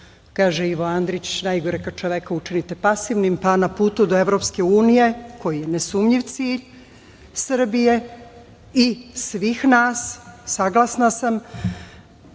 kaže Ivo Andrić – najgore kada čoveka učinite pasivnim, pa na putu do EU, koji je nesumnjiv cilj Srbije i svih nas, saglasna sam,